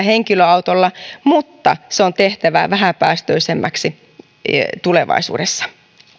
henkilöautolla mutta se on tehtävä vähäpäästöisemmäksi tulevaisuudessa